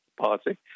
party